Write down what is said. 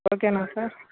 ఓకేనా సార్